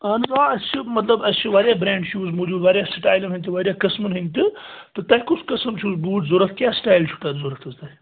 اہن حظ آ اَسہِ چھُ مطلب اَسہِ چھِ واریاہ برٛینٛڈ شوٗز موٗجوٗد واریاہ سِٹایلن ہٕنٛدۍ تہِ واریاہ قٕسمَن ہٕنٛدۍ تہِ تہٕ تۄہہِ کُس قٕسٕم چھُس بوٗٹھ ضوٚرَتھ کیٛاہ سِٹایل چھُ تَتھ ضوٚرَتھ حظ تۄہہِ